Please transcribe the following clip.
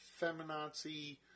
feminazi